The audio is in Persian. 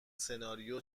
سناریو